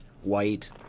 white